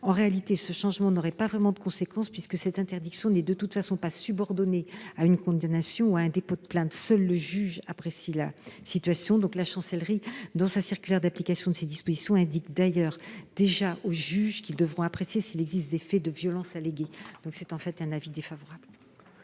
En réalité, ce changement n'aurait pas vraiment de conséquences, dans la mesure où cette interdiction n'est pas subordonnée à une condamnation ou à un dépôt de plainte. Seul le juge apprécie la situation. La Chancellerie, dans sa circulaire d'application de ces dispositions, indique déjà aux juges qu'ils devront apprécier s'il existe des faits de violence allégués. Pour ces raisons, la commission est défavorable